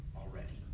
already